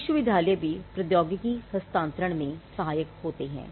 विश्वविद्यालय भी प्रौद्योगिकी हस्तांतरण में सहायक होते हैं